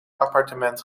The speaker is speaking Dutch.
appartement